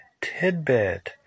Tidbit